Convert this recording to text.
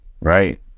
right